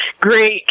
great